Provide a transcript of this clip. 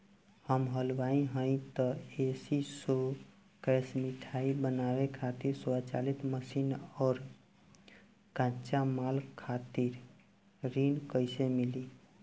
हम हलुवाई हईं त ए.सी शो कैशमिठाई बनावे के स्वचालित मशीन और कच्चा माल खातिर ऋण कइसे मिली?